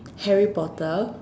Harry Potter